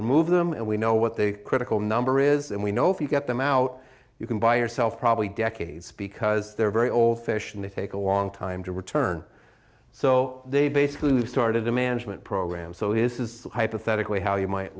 remove them and we know what the critical number is and we know if you get them out you can buy yourself probably decades because they're very old fish and they take a long time to return so they basically we've started a management program so this is hypothetically how you might